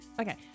Okay